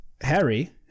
Harry